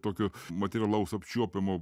tokio materialaus apčiuopiamo